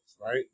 right